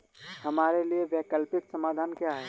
हमारे लिए वैकल्पिक समाधान क्या है?